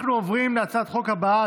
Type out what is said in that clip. אנחנו עוברים להצעת החוק הבאה,